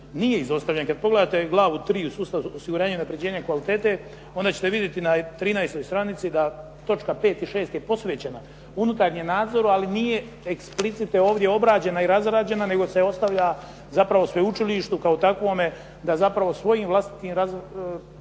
nije izostavljen. Kad pogledate glavu 3. u sustavu osiguranja i unapređenja kvalitete, onda ćete vidjeti na 13. stranici da točka 5. i 6. je posvećena unutarnjem nadzoru, ali nije explicite ovdje obrađena i razrađena, nego se ostavlja zapravo sveučilištu kao takvome da zapravo razvijanjem vlastitih programa